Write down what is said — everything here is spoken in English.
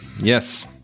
Yes